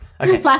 Okay